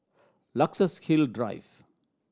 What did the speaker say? Luxus Hill Drive